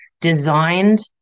designed